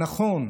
נכון,